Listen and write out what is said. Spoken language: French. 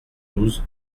douze